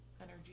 energy